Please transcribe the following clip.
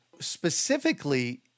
specifically